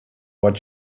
what